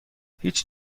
هیچ